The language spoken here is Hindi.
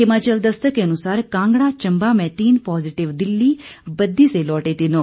हिमाचल दस्तक के अनुसार कांगड़ा चम्बा में तीन पॉजिटिव दिल्ली बद्दी से लौटे तीनों